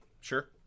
Sure